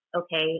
Okay